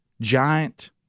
giant